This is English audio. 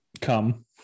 Come